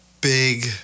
big